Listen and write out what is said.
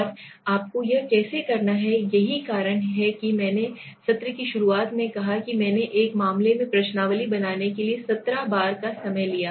और आपको यह कैसे करना है यही कारण है कि मैंने सत्र की शुरुआत में कहा कि मैंने एक मामले में प्रश्नावली बनाने के लिए 17 बार का समय लिया